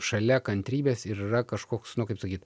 šalia kantrybės ir yra kažkoks nu kaip sakyt